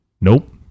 Nope